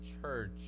church